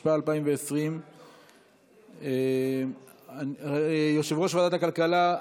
התשפ"א 2020. יושב-ראש ועדת הכלכלה,